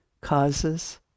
causes